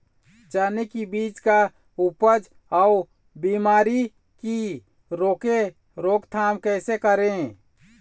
चने की बीज का उपचार अउ बीमारी की रोके रोकथाम कैसे करें?